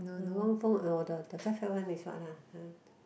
uh Wang-Feng our the the fat fat one is what uh [huh]